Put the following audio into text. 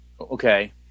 Okay